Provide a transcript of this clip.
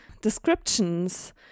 descriptions